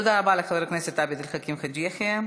תודה רבה לחבר הכנסת עבד אל חכים חאג' יחיא.